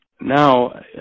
Now